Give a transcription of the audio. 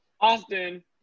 Austin